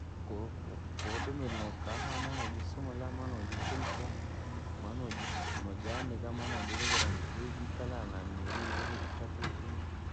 Koo- koo- koodomiree nokahaa nojisumuka ma noji chemsha, maa manoji nojianika maa noivikeraa mpukwiiji jikalaa na mirivirii, itulaa, inne.